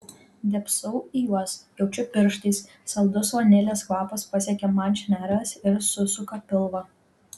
dėbsau į juos jaučiu pirštais saldus vanilės kvapas pasiekia man šnerves ir susuka pilvą